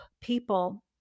people